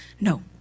No